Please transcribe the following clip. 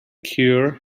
cure